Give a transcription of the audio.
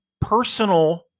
personal